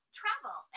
travel